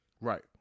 Right